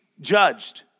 judged